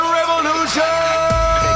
Revolution